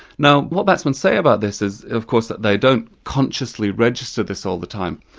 now what batsmen say about this is of course that they don't consciously register this all the time,